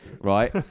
right